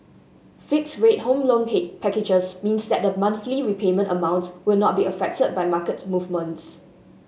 fixed rate Home Loan packages means that the monthly repayment amount will not be affected by market movements